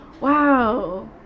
wow